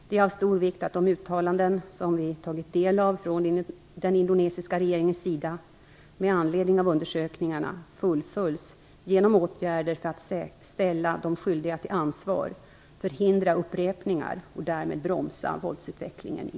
Det är av stor vikt att de uttalanden som vi tagit del av från den indonesiska regeringens sida med anledning av undersökningarna fullföljs genom åtgärder för att ställa de skyldiga till ansvar, förhindra upprepningar och därmed bromsa våldsutvecklingen i